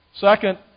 Second